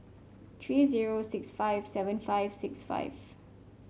three zero six four seven five six five